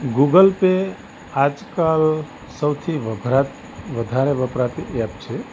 Google Pay આજકાલ સૌથી વધરા વધારે વપરાતી ઍપ છે